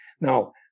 Now